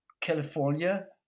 California